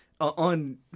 on